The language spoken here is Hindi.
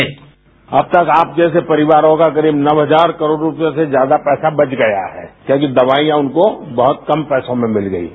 बाइट अब तक आप जैसे परिवारों का करीब नौ हजार करोड़ रूपए से ज्यादा का पैसा बच गया है क्योंकि दवाईयां उनको बहुत कम पैसे में मिल गई हैं